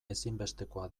ezinbestekoa